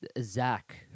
Zach